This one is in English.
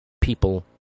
people